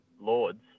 Lords